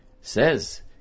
says